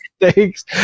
Thanks